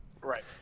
Right